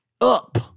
up